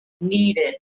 needed